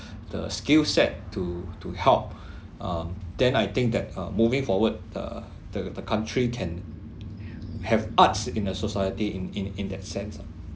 the skill set to to help um then I think that uh moving forward the the country can have arts in a society in in in that sense lah